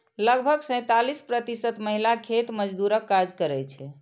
लगभग सैंतालिस प्रतिशत महिला खेत मजदूरक काज करै छै